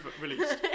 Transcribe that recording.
released